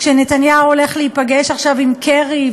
כשנתניהו הולך להיפגש עכשיו עם קרי,